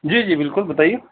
جی جی بالکل بتائیے